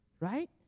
right